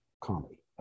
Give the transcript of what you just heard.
comedy